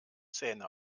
zähne